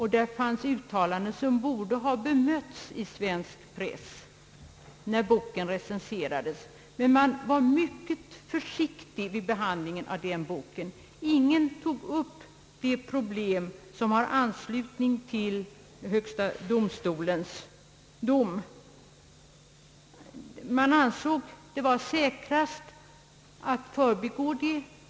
I boken fanns uttalanden som kunde ha bemötts i svensk press när boken recenserades, men man var mycket försiktig vid behandlingen av den. Ingen tog upp de problem som har anslutning till högsta domstolens dom. Man ansåg det vara säkrast att förbigå det.